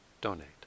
donate